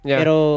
pero